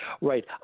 right